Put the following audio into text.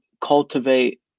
cultivate